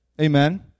Amen